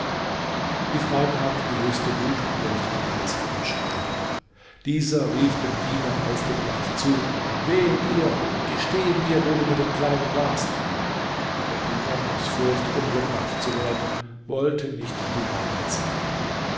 die frau kam in die höchste wut und berichtete alles ihrem schwager dieser rief dem diener aufgebracht zu wehe dir gestehe mir wo du mit dem kleinen warst der diener aus furcht umgebracht zu werden wollte nicht die wahrheit sagen